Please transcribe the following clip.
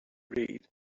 read